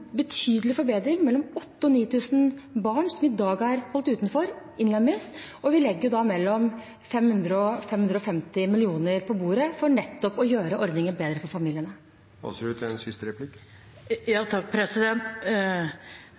betydelig forbedring. Mellom 8 000 og 9 000 barn som i dag er holdt utenfor, innlemmes, og vi legger mellom 500 og 550 mill. kr på bordet, nettopp for å gjøre ordningen bedre for familiene.